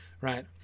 right